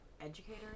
educator